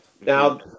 Now